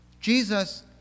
Jesus